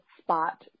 spot